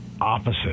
opposite